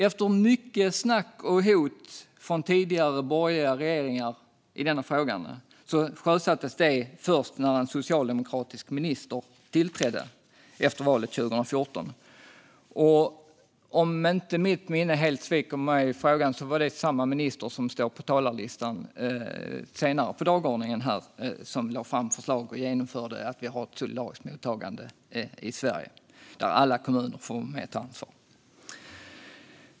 Efter mycket snack och hot från tidigare borgerliga regeringar i denna fråga sjösattes detta först när en socialdemokratisk minister tillträdde efter valet 2014, och om inte mitt minne helt sviker mig i frågan är det samma minister som står på talarlistan senare på dagordningen här. Det var han som lade fram förslag som ledde till att vi genomförde ett solidariskt mottagande i Sverige, där alla kommuner får vara med och ta ansvar.